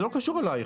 זה לא קשור אליך,